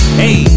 hey